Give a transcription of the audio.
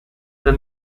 the